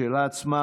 השאלה עצמה,